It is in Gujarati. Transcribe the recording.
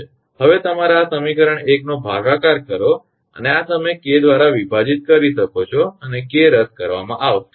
હવે તમારા આ સમીકરણ 1 નો ભાગાકાર કરો અને આ તમે 𝐾 દ્વારા વિભાજિત કરી શકો છો અને 𝐾 રદ કરવામાં આવશે